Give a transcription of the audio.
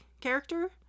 character